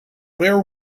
bear